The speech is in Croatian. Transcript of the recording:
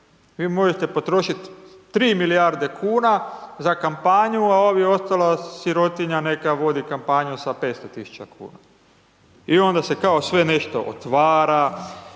vi možete potrošit 3 milijarde kuna za kampanju, a ovi ostala sirotinja neka vodi kampanju sa 500.000,00 kn i onda se kao sve nešto otvara